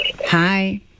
hi